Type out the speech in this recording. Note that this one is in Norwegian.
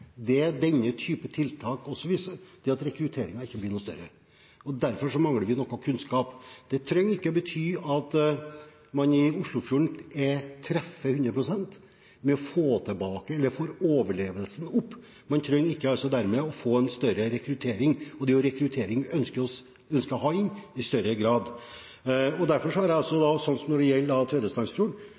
det denne typen tiltak også viser, er at rekrutteringen ikke blir noe større. Derfor mangler vi noe kunnskap. Det trenger ikke bety at man i Oslofjorden treffer 100 pst. når det gjelder å få overlevelsesgraden opp. Men man trenger ikke å få en større rekruttering, og det er jo rekruttering vi ønsker oss i større grad. Derfor har jeg, når det gjelder